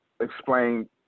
explain